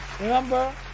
remember